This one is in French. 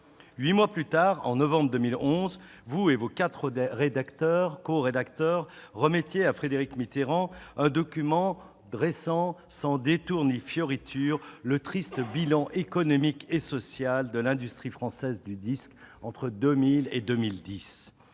Huit mois plus tard, en novembre 2011, vous et vos quatre corédacteurs remettiez à Frédéric Mitterrand un document dressant, sans détour ni fioritures, le triste bilan économique et social de l'industrie française du disque entre 2000 et 2010.